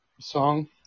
song